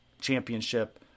championship